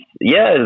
yes